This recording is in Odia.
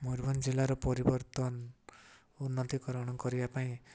ମୟୂରଭଞ୍ଜ ଜିଲ୍ଲାର ପରିବର୍ତ୍ତନ ଉନ୍ନତିକରଣ କରିବା ପାଇଁ